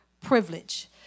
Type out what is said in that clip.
privilege